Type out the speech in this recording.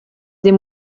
des